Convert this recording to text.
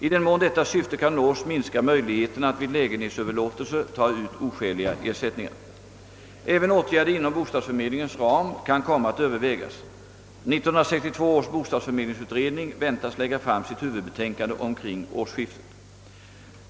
I den mån detta syfte kan nås minskar möjligheterna att vid lägenhetsöverlåtelser ta ut oskäliga ersättningar. Även åtgärder inom bostadsförmedlingens ram kan komma att övervägas. 1962 års bostadsförmedlingsutredning väntas lägga fram sitt huvudbetänkande omkring årsskiftet.